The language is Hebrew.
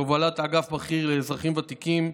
בהובלת אגף בכיר לאזרחים ותיקים,